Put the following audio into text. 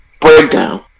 breakdown